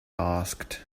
asked